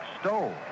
stole